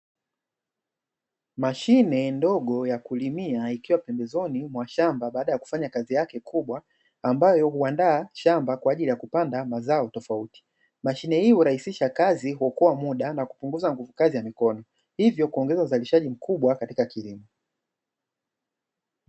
Mashine ndogo ya kulimia ikiwa pembezoni mwa shamba baada ya kufanya kazi yake kubwa ambayo huandaa shamba kwa ajili ya kupanda mazao tofauti. Mashine hii hurahisisha kazi, kuokoa muda na kupunguza kazi ya mikono hivyo kuongeza uzalishaji mkubwa katika kilimo.